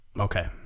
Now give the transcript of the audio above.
Okay